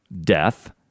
death